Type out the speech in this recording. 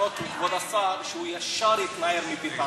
מכבוד השר שהוא ישר התנער מ"בית"ר",